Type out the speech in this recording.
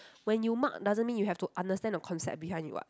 when you mug doesn't mean you have to understand the concept behind it [what]